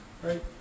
Right